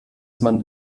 man